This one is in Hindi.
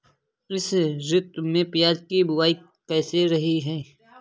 इस ऋतु में प्याज की बुआई कैसी रही है?